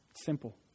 Simple